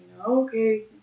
okay